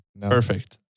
Perfect